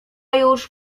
już